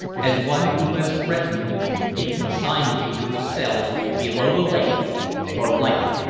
as one who has threatened me it consigns you to the cells below the lake for life!